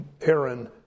Aaron